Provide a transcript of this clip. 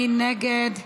מי נגד?